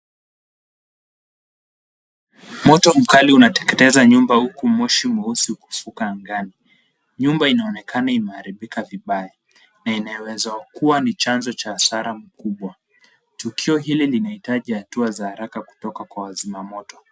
Moto mkali unateketeza nyumba huku moshi mweusi ukifuka angani. Nyumba inaonekana imeharibika vibaya na inaweza kuwa ni chanzo cha hasara mkubwa. Tukio hili linahitaji hatua za haraka kutoka kwa wazima moto.